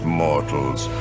mortals